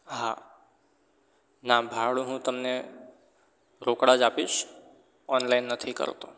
હા ના ભાડું હું તમને રોકડા જ આપીશ ઓનલાઈન નથી કરતો